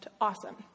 awesome